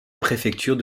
préfecture